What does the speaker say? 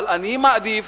אני מעדיף